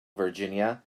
virginia